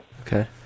okay